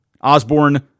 Osborne